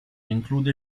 include